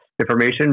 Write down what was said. information